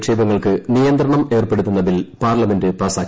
നിക്ഷേപങ്ങൾക്ക് നിയ്യ്ത്ത്രണം ഏർപ്പെടുത്തുന്ന bill parliament പ്ലാസാക്കി